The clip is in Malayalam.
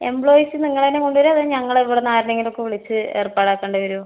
എംപ്ലോയീസ് നിങ്ങൾ തന്നെ കൊണ്ട് വരുവോ അതോ ഞങ്ങൾ ഇവിടെനിന്ന് ആരുടെ എങ്കിലും ഒക്കെ വിളിച്ച് ഏർപ്പാട് ആക്കേണ്ടി വരുവോ